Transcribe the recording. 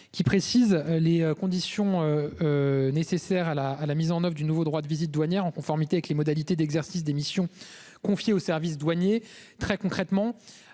qui précise les conditions. Nécessaires à la à la mise en Oeuvres du nouveau droit de visite douanières en conformité avec les modalités d'exercice des missions confiées aux services douaniers. Très concrètement.